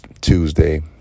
Tuesday